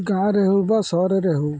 ଗାଁରେ ହେଉ ବା ସହରରେ ହେଉ